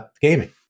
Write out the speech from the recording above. gaming